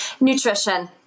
Nutrition